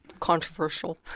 Controversial